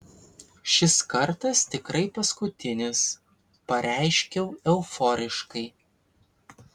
šis kartas tikrai paskutinis pareiškiau euforiškai